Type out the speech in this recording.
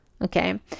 Okay